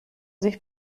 sich